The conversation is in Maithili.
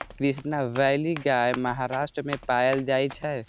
कृष्णा वैली गाय महाराष्ट्र मे पाएल जाइ छै